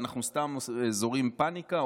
ואנחנו סתם זורעים פניקה,